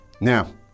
Now